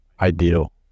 ideal